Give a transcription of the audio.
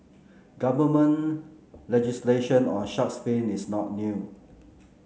government legislation on shark's fin is not new